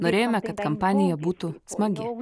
norėjome kad kampanija būtų smagi